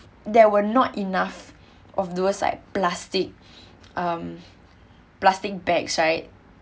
there were not enough of those like plastic um plastic bags right